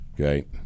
okay